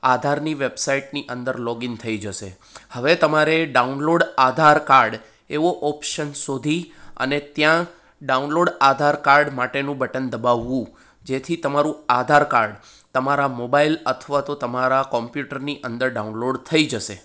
આધારની વેબસાઇટની અંદર લોગીન થઈ જશે હવે તમારે ડાઉનલોડ આધાર કાર્ડ એવો ઓપ્શન શોધી અને ત્યાં ડાઉનલોડ આધાર કાર્ડ માટેનું બટન દબાવવું જેથી તમારું આધાર કાર્ડ તમારા મોબાઈલ અથવા તો તમારા કોમ્પ્યુટરની અંદર ડાઉનલોડ થઈ જશે